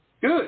Good